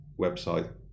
website